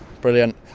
brilliant